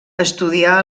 estudià